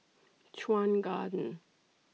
Chuan Garden